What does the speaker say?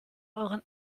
euren